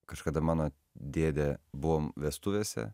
kažkada mano dėdė buvom vestuvėse